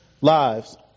lives